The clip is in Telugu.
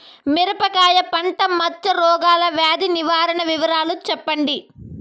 మిరపకాయ పంట మచ్చ రోగాల వ్యాధి నివారణ వివరాలు చెప్పండి?